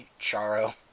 Charo